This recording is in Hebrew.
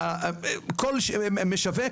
כל משווק,